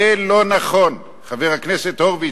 זה לא נכון" חבר הכנסת הורוביץ,